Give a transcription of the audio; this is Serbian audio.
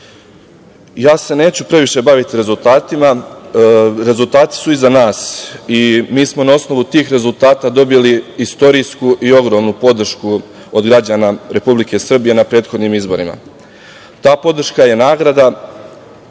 se previše baviti rezultatima. Rezultati su iza nas i mi smo na osnovu tih rezultata dobili istorijsku i ogromnu podršku od građana Republike Srbije na prethodnim izborima. Ta podrška je nagrada